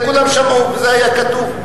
כולם שמעו, וזה היה כתוב.